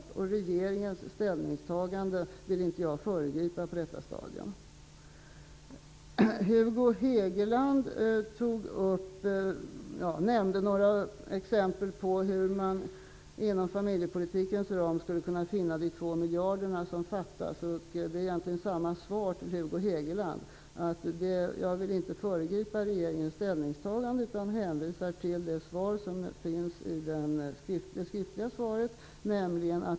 Jag vill inte föregripa regeringens ställningstagande på det här stadiet. Hugo Hegeland tog upp några exempel på hur man inom familjepolitikens ram skulle kunna finna de 2 miljarder som fattas. Jag har egentligen samma svar till Hugo Hegeland. Jag vill inte föregripa regeringens ställningstagande utan hänvisar till det skriftliga svaret.